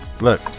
look